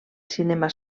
cinema